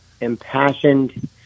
impassioned